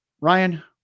Ryan